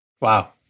Wow